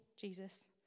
Jesus